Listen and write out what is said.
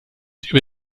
über